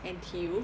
N_T_U